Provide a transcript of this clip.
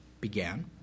began